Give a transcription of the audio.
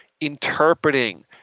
interpreting